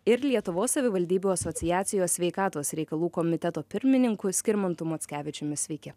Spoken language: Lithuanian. ir lietuvos savivaldybių asociacijos sveikatos reikalų komiteto pirmininku skirmantu mockevičiumi sveiki